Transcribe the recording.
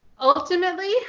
ultimately